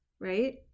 right